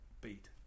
beat